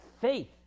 faith